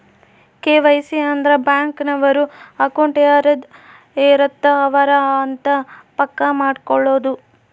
KYC ಅಂದ್ರ bank ನವರು account ಯಾರದ್ ಇರತ್ತ ಅವರೆ ಅಂತ ಪಕ್ಕ ಮಾಡ್ಕೊಳೋದು